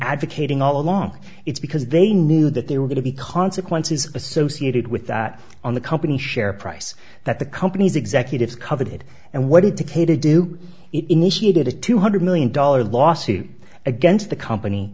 advocating all along it's because they knew that they were going to be consequences associated with that on the company's share price that the companies executives covered it and what it took a to do it initiated a two hundred million dollars lawsuit against the company